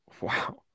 Wow